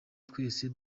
twese